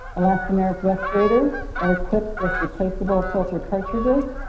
elastomeric respirators are equipped with replaceable filter cartridges,